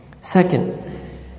Second